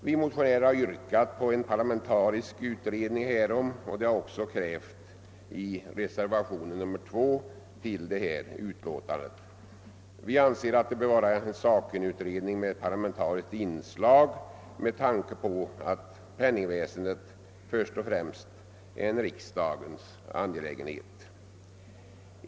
Vi motionärer har yrkat på en parlamentarisk utredning härom, och det har också krävts i reservation 2 till detta utlåtande. Vi anser att det bör vara en sakkunnigutredning med parlamentariskt inslag med tanke på att penningväsendet först och främst är en riksdagens angelägenhet.